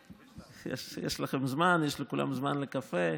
יש לכם זמן, יש לכולם זמן לקפה.